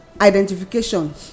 identification